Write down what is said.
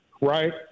right